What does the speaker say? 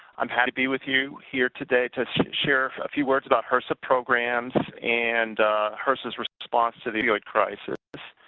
um happy to be with you here today to share a few words about hrsa programs and hrsa s response to the opioid crisis.